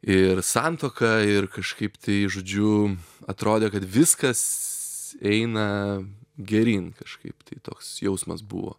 ir santuoka ir kažkaip tai žodžiu atrodė kad viskas eina geryn kažkaip tai toks jausmas buvo